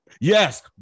Yes